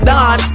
Don